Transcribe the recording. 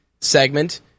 segment